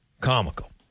comical